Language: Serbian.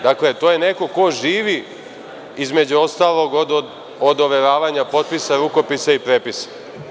Dakle, to je neko ko živi, između ostalog, od overavanja potpisa, rukopisa i prepisa.